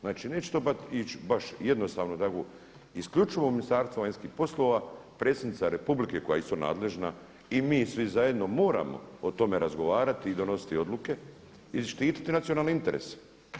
Znači neće to ići baš jednostavno tako, isključivo Ministarstvo vanjskih poslova, predsjednica Republike koja je isto nadležna i mi svi zajedno moramo o tome razgovarati i donositi odluke i štititi nacionalne interese.